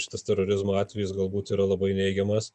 šitas terorizmo atvejis galbūt yra labai neigiamas